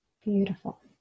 Beautiful